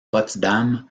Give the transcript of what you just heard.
potsdam